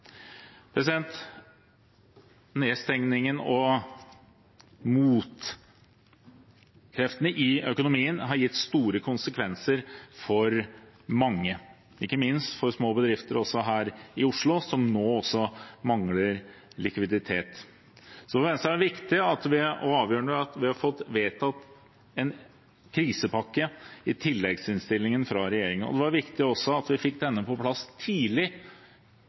og motkreftene i økonomien har hatt store konsekvenser for mange, ikke minst for små bedrifter, også her i Oslo, som nå også mangler likviditet. Så for Venstre er det viktig og avgjørende at vi har fått vedtatt en krisepakke i tilleggsinnstillingen fra regjeringen. Det var også viktig at vi fikk denne på plass og presentert den tidlig,